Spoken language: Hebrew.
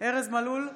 ארז מלול,